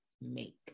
make